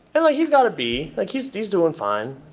and he's got a b. like, he's he's doing fine.